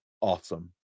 awesome